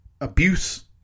abuse